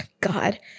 God